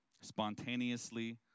spontaneously